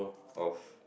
of